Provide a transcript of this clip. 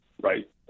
right